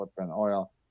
oil